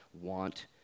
want